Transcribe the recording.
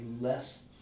less